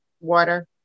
water